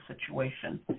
situation